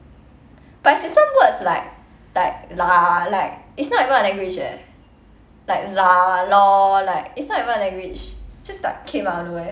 but as in some words like like lah like it's not even a language eh like lah lor like it's not even a language just like came out of nowhere